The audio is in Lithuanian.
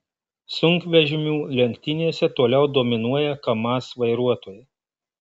sunkvežimių lenktynėse toliau dominuoja kamaz vairuotojai